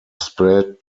spread